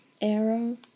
Arrow